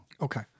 Okay